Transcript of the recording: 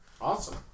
Awesome